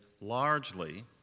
largely